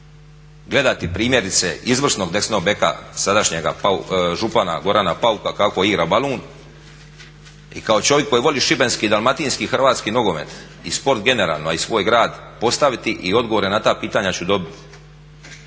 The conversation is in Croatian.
gledati primjerice izvrsnog desnog beka sadašnjega župana Gorana Pauka kako igra balun i kao čovjek koji voli šibenski i dalmatinski, hrvatski nogomet i sport generalno a i svoj grad, postaviti i odgovore na ta pitanja ću dobiti.